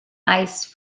ice